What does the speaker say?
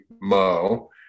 Mo